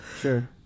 sure